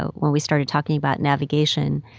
when we started talking about navigation,